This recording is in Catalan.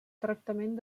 tractament